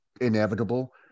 inevitable